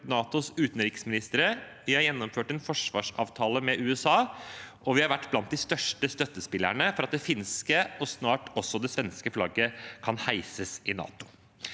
NATOs utenriksministre, vi har gjennomført en forsvarsavtale med USA, og vi har vært blant de største støttespillerne for at det finske og snart også det svenske flagget kan heises i NATO.